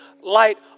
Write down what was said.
light